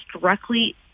directly